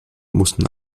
mussten